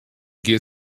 giet